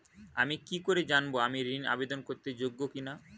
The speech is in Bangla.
আমি কি করে জানব আমি ঋন আবেদন করতে যোগ্য কি না?